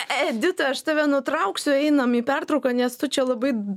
edita aš tave nutrauksiu einam į pertrauką nes tu čia labai